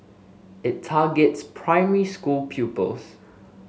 it targets primary school pupils